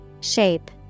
Shape